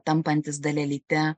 tampantis dalelyte